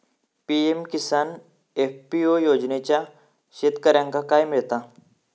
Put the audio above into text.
PM Kisan FPO योजनाच्यात शेतकऱ्यांका काय मिळता?